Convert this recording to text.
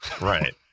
Right